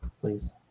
please